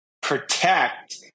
protect